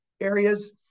areas